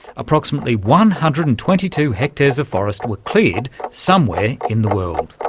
approximately one hundred and twenty two hectares of forest were cleared somewhere in the world.